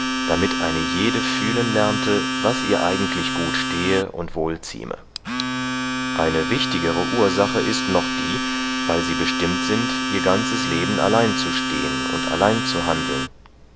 damit eine jede fühlen lernte was ihr eigentlich gut stehe und wohl zieme eine wichtigere ursache ist noch die weil sie bestimmt sind ihr ganzes leben allein zu stehen und allein zu handeln